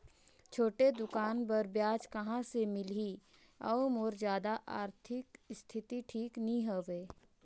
छोटे दुकान बर ब्याज कहा से मिल ही और मोर जादा आरथिक स्थिति ठीक नी हवे?